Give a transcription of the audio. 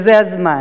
וזה הזמן.